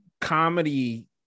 comedy